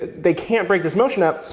they can't break this motion up,